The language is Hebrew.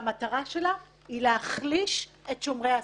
והמטרה שלה היא להחליש את שומרי הסף.